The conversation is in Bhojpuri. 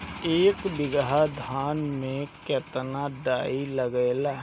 एक बीगहा धान में केतना डाई लागेला?